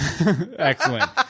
Excellent